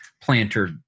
planter